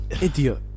Idiot